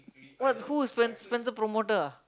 what who is spen~ Spencer promoter ah